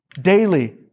Daily